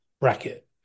bracket